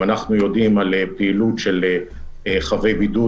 אם אנחנו יודעים על פעילות של חבי בידוד